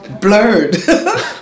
blurred